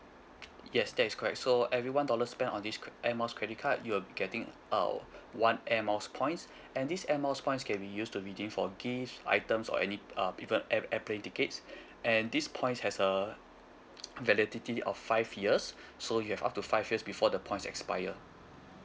yes that is correct so every one dollar spend on this cre~ air miles credit card you will be getting uh one air miles points and these air miles points can be used to redeem for gift items or any p~ uh even air~ airplane tickets and these points has uh validity of five years so you have up to five years before the points expire